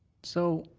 so,